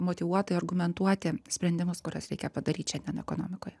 motyvuotai argumentuoti sprendimus kuriuos reikia padaryt šiandien ekonomikoje